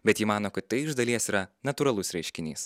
bet ji mano kad tai iš dalies yra natūralus reiškinys